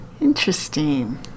interesting